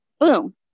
Boom